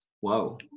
Whoa